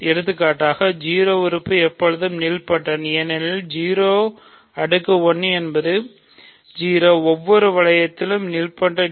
எடுத்துக்காட்டாக 0 உறுப்பு எப்போதும் நீல்பொடென்ட் ஏனெனில் 0 அடுக்கு 1 என்பது 0 0 ஒவ்வொரு வளையத்திலும் நீல்பொடென்ட்